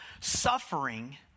Suffering